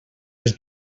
les